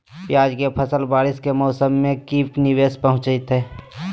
प्याज के फसल बारिस के मौसम में की निवेस पहुचैताई?